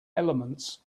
elements